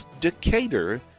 Decatur